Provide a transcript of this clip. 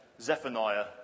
Zephaniah